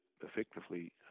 effectively